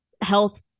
health